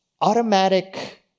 automatic